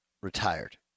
Retired